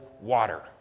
water